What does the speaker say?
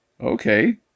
Okay